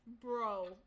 Bro